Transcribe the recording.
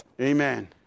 Amen